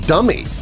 Dummy